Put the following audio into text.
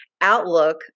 outlook